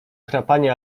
chrapanie